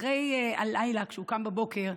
אחרי הלילה, כשהוא קם בבוקר,